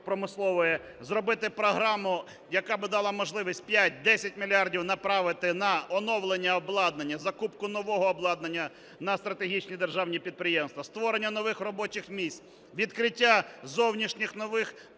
зробити програму, яка би дала можливість 5-10 мільярдів направити на оновлення обладнання, закупку нового обладнання на стратегічні державні підприємства, створення нових робочих місць, відкриття зовнішніх нових експортних